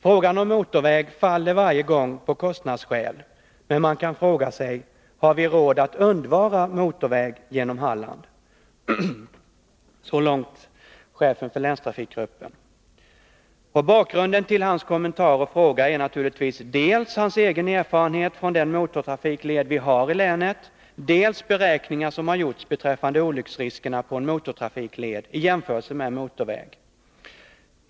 Frågan om motorväg faller varje gång på kostnadsskäl, men man kan fråga sig: ”Har vi råd att undvara motorväg genom Halland?” Bakgrunden till hans kommentar och fråga är naturligtvis dels hans egen erfarenhet från den motortrafikled vi har i länet, dels beräkningar som har gjorts beträffande olycksriskerna på en motortrafikled i jämförelse med en motorväg.